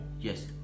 Yes